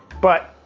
but,